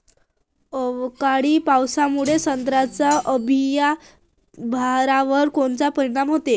अवकाळी पावसामुळे संत्र्याच्या अंबीया बहारावर कोनचा परिणाम होतो?